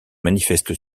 manifeste